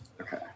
Okay